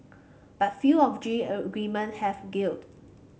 but few of G L agreement have gelled